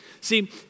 See